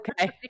okay